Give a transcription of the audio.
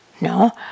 No